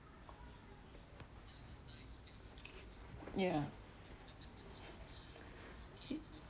yeah